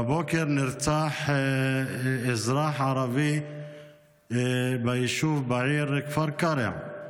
בבוקר נרצח אזרח ערבי בישוב כפר קרע.